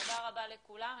תודה רבה לכולם.